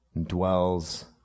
dwells